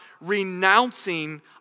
renouncing